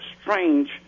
strange